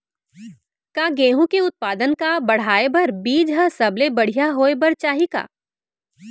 का गेहूँ के उत्पादन का बढ़ाये बर बीज ह सबले बढ़िया होय बर चाही का?